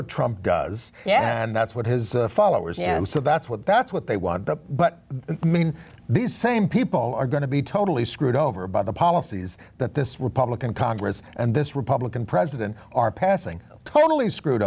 what trump does yes and that's what his followers and so that's what that's what they want but the main these same people are going to be totally screwed over by the policies that this republican congress and this republican president are passing totally screwed